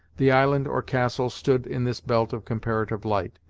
the island, or castle, stood in this belt of comparative light,